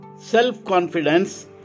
Self-confidence